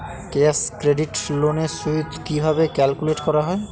Cash credit loan এর সুদ কিভাবে ক্যালকুলেট করা হয়?